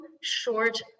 short